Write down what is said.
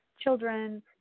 children